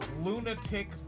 lunatic